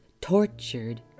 tortured